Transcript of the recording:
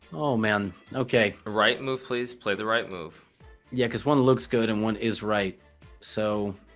oh man okay right move please play the right move yeah because one looks good and one is right so